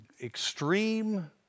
extreme